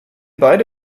beide